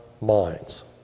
minds